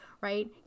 right